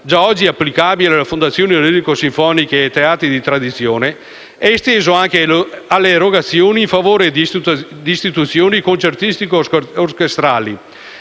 già oggi applicabile alle fondazioni lirico-sinfoniche e ai teatri di tradizione, è esteso anche alle erogazioni in favore di istituzioni concertistico-orchestrali,